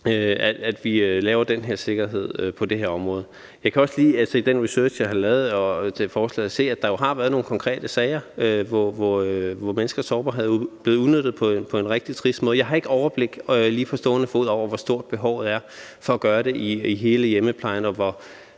at vi laver den her sikkerhed på det her område. Jeg kan også se i den research, jeg har lavet, i forbindelse med forslaget, at der jo har været nogle konkrete sager, hvor menneskers sårbarhed er blevet udnyttet på en rigtig trist måde. Jeg har ikke lige på stående fod overblik over, hvor stort behovet er for at gøre det i hele hjemmeplejen, og hvor